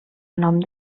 nom